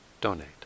donate